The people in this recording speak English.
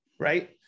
right